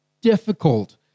difficult